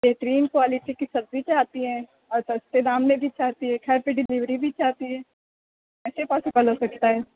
بہترین کوالٹی کی سبزی چاہتی ہیں اور سَستے دام میں بھی چاہتی ہیں گھر پہ ڈیلیوری بھی چاہتی ہیں کیسے پوسبل ہو سکتا ہے